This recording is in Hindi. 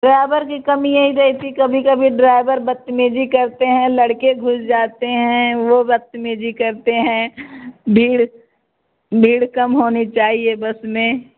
ड्राइवर की कमी यही रहती है कि कभी कभी ड्राइवर बदतमीज़ी करते हैं लड़के घुस जाते हैं वह बदतमीज़ी करते हैं भीड़ भीड़ कम होनी चाहिए बस में